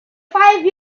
five